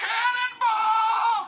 Cannonball